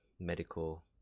medical